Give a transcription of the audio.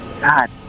God